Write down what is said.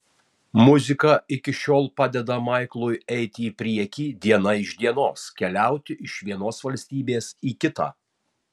muzika iki šiol padeda maiklui eiti į priekį diena iš dienos keliauti iš vienos valstybės į kitą